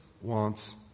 wants